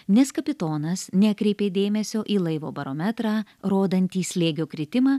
nes kapitonas nekreipė dėmesio į laivo barometrą rodantį slėgio kritimą